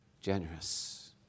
generous